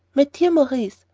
my dear maurice,